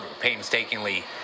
painstakingly